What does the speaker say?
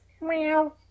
Meow